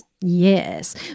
Yes